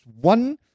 one